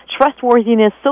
trustworthiness